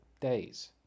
days